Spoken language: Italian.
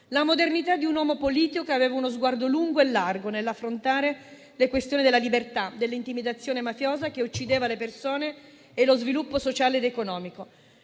la modernità di un uomo politico che aveva uno sguardo lungo e largo nell'affrontare le questioni della libertà, dell'intimidazione mafiosa che uccideva le persone e lo sviluppo sociale ed economico.